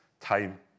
time